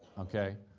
okay?